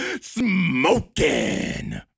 Smoking